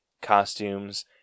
costumes